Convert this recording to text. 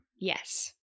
Yes